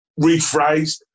rephrased